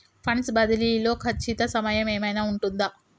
Funds బదిలీ లో ఖచ్చిత సమయం ఏమైనా ఉంటుందా?